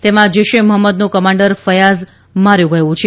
તેમાં જૈશ મહંમદનો કમાન્ડર ફયાઝ માર્યો ગયો છે